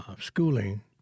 schooling